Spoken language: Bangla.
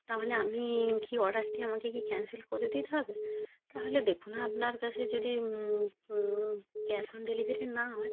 তাহলে আমি কি অর্ডারটি আমাকে কি ক্যানসেল করে দিতে হবে তাহলে দেখুন আপনার কাছে যদি ক্যাশ অন ডেলিভারি না হয়